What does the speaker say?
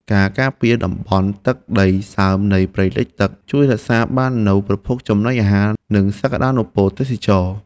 ការការពារតំបន់ទឹកដីសើមនិងព្រៃលិចទឹក ជួយរក្សាបាននូវប្រភពចំណីអាហារនិងសក្តានុពលទេសចរណ៍។